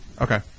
Okay